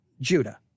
Judah